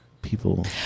people